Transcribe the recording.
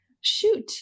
Shoot